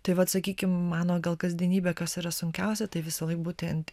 tai vat sakykim mano gal kasdienybė kas yra sunkiausia tai visąlaik būti int